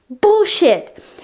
bullshit